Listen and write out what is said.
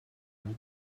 nie